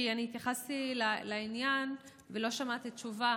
כי אני התייחסתי לעניין ולא שמעתי תשובה.